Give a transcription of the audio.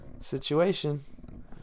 situation